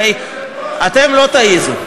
הרי אתם לא תעזו.